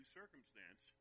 circumstance